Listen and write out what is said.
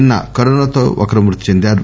నిన్ప కరోనాతో ఒకరు మృతి చెందారు